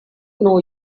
know